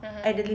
mmhmm